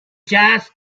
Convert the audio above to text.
jazz